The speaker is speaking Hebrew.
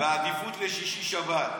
בעדיפות לשישי-שבת.